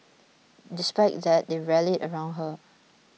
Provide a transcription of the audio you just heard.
despite that they rallied around her